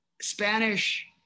Spanish